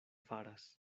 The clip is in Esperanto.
faras